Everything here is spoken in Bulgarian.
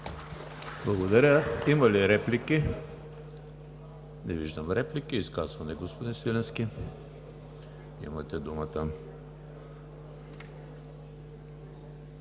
Благодаря. Има ли реплики? Не виждам. Изказване – господин Свиленски, имате думата.